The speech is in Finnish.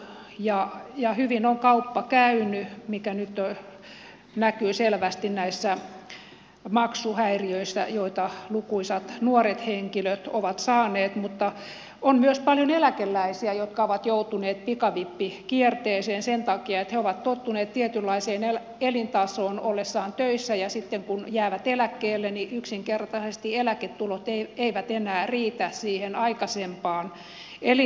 ja hyvin on kauppa käynyt mikä nyt näkyy selvästi näissä maksuhäiriöissä joita lukuisat nuoret henkilöt ovat saaneet mutta on myös paljon eläkeläisiä jotka ovat joutuneet pikavippikierteeseen sen takia että he ovat tottuneet tietynlaiseen elintasoon ollessaan töissä ja sitten kun he jäävät eläkkeelle yksinkertaisesti eläketulot eivät enää riitä siihen aikaisempaan elintasoon